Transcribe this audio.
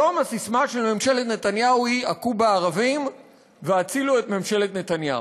היום הססמה של ממשלת נתניהו היא "הכו בערבים והצילו את ממשלת נתניהו".